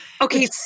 Okay